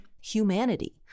humanity